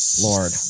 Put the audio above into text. lord